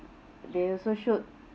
they also showed